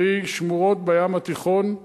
קרי שמורות בים התיכון.